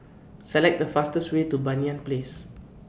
Select The fastest Way to Banyan Place